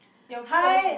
your pros